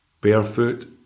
barefoot